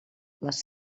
les